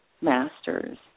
masters